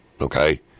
okay